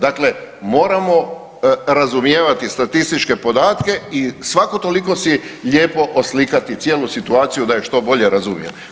Dakle, moramo razumijevati statističke podatke i svako toliko si lijepo oslikati cijelu situaciju da ju što bolje razumijemo.